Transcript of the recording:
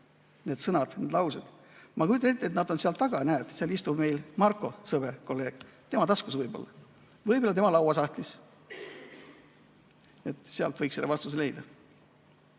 need sõnad, laused: ma kujutan ette, et nad on seal taga. Näed, seal istub meil Marko, sõber, kolleeg. Tema taskus võib-olla. Võib-olla tema laua sahtlis. Sealt võiks selle vastuse leida.